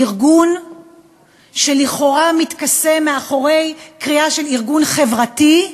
ארגון שלכאורה מתכסה מאחורי קריאה של ארגון חברתי,